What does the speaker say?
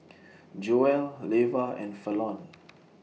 Joelle Leva and Fallon